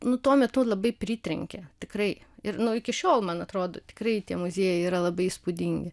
nu tuo metu labai pritrenkė tikrai ir nu iki šiol man atrodo tikrai tie muziejai yra labai įspūdingi